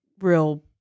real